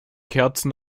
kerzen